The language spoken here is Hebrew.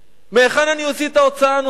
מהיכן אוציא את ההוצאה הנוספת?